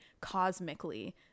cosmically